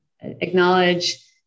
acknowledge